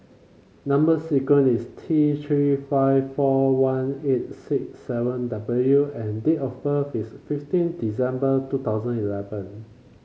number sequence is T Three five four one eight six seven W and date of birth is fifteen December two thousand eleven